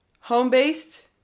home-based